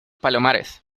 palomares